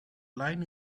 line